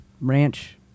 ranch